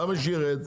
למה שירד?